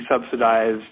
subsidized